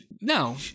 No